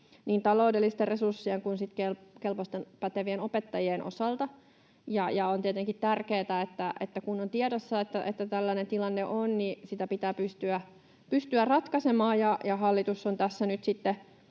niin taloudellisten resurssien kuin sitten kelpoisten, pätevien opettajien osalta. Ja on tietenkin tärkeätä, että kun on tiedossa, että tällainen tilanne on, niin sitä pitää pystyä ratkaisemaan. Hallitus on tässä nyt